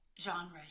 genre